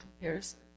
comparison